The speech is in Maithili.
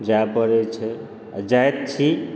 जाय पड़ैत छै आ जाइत छी